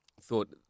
thought